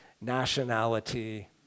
nationality